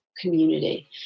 community